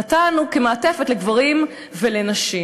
נתנו כמעטפת לגברים ולנשים.